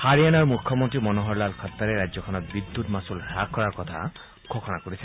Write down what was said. হাৰিয়ানাৰ মুখ্যমন্ত্ৰী মনোহৰলাল খাট্টাৰে ৰাজ্যখনত বিদ্যুৎ মাচুল হ্ৰাস কৰাৰ কথা ঘোষণা কৰিছে